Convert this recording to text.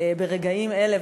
ברגעים אלה,